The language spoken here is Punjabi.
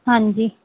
ਹਾਂਜੀ